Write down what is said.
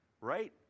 right